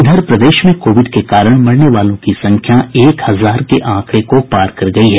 इधर प्रदेश में कोविड के कारण मरने वालों की संख्या एक हजार के आंकड़े को पार कर गयी है